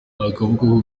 akaboko